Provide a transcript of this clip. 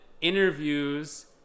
interviews